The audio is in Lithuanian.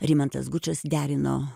rimantas gučas derino